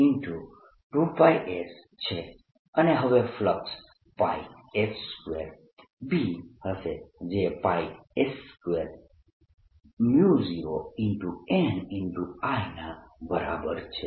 2πs છે અને હવે ફ્લક્સ s2B હશે જે πs20nI ના બરાબર છે